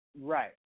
Right